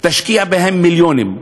תשקיע בהם מיליונים,